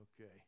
Okay